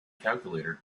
calculator